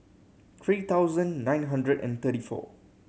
three thousand nine hundred and thirty four